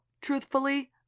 Truthfully